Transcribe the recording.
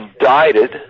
indicted